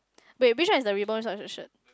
wait which one is the ribbon which one is the shirt